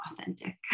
authentic